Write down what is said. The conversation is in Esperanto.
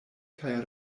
kaj